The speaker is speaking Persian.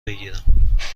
بگیرم